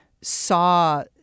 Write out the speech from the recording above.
saw